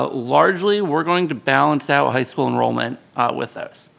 ah largely we're going to balance out high school enrollment with those.